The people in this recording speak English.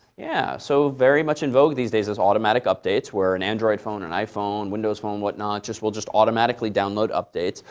yeah. so very much in vogue these days is automatic updates where an android phone, and iphone, windows phone, whatnot will just automatically download updates.